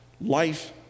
life